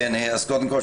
קודם כל,